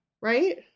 Right